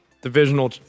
Divisional